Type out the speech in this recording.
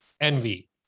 Envy